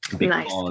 Nice